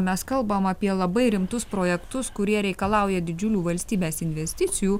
mes kalbam apie labai rimtus projektus kurie reikalauja didžiulių valstybės investicijų